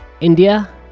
India